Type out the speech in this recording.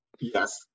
Yes